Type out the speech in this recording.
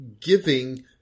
giving